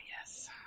yes